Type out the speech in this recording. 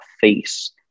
face